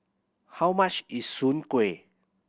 how much is Soon Kueh